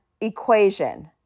equation